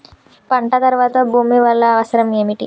పంట తర్వాత భూమి వల్ల అవసరం ఏమిటి?